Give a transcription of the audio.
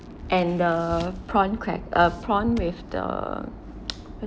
and the prawn crac~ uh prawn with the